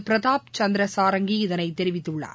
பிரதாப் சந்திர சாரங்கி இதனை தெரிவித்துள்ளார்